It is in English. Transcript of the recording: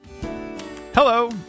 Hello